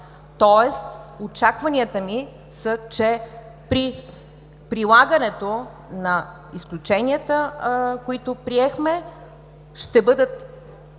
тоест очакванията ми са, че при прилагането на изключенията, които приехме, ще бъдат